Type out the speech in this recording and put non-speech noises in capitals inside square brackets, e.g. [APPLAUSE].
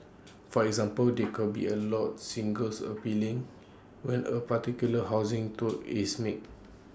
for example they [NOISE] could be A lot singles appealing when A particular housing tweak is made